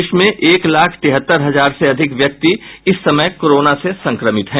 देश में एक लाख तिहत्तर हजार से अधिक व्यक्ति इस समय कोरोना से संक्रमित हैं